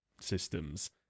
systems